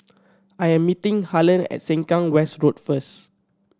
I am meeting Harland at Sengkang West Road first